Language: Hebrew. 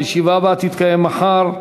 הישיבה הבאה תתקיים מחר,